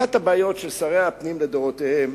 אחת הבעיות של שרי הפנים לדורותיהם,